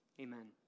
Amen